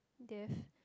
there's